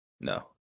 No